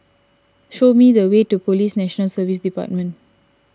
show me the way to Police National Service Department